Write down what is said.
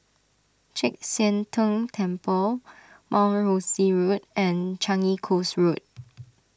Chek Sian Tng Temple Mount Rosie Road and Changi Coast Road